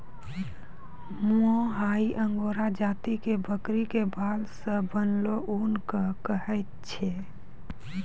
मोहायिर angora जाति के बकरी के बाल सॅ बनलो ऊन कॅ कहै छै